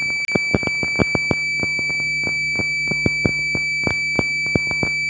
सुंडी लग जितै त कोन दबाइ देबै कि सही हो जितै?